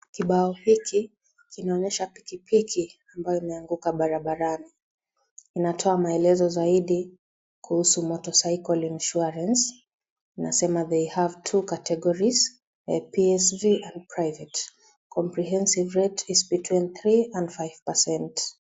Kibao hiki kinaonyesha pikipiki ambayo imeanguka barabani inatoa maelezo zaidi kuhusu motorcycle insurance inasema they have two categories , psv and private comprehensive is between 3%-5%.